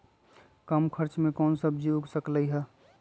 कम खर्च मे कौन सब्जी उग सकल ह?